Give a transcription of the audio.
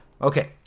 Okay